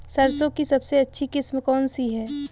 सरसों की सबसे अच्छी किस्म कौन सी है?